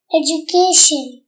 education